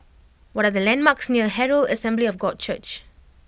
what are the landmarks near Herald Assembly of God Church